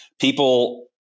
people